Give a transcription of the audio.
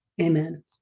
amen